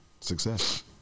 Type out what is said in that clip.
Success